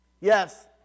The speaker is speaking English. Yes